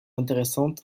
intéressante